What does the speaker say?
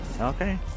Okay